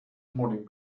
morning